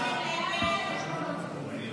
הסתייגות 20 לא נתקבלה.